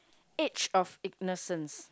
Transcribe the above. age of innocence